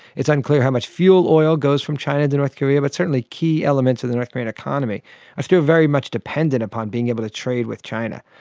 unclear how much fuel oil goes from china to north korea, but certainly key elements of the north korean economy are still very much dependent upon being able to trade with china.